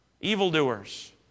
evildoers